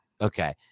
Okay